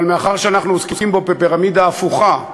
אבל מאחר שאנחנו עוסקים פה בפירמידה הפוכה,